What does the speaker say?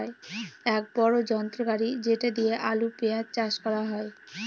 এক বড়ো যন্ত্র গাড়ি যেটা দিয়ে আলু, পেঁয়াজ চাষ করা হয়